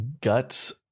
Guts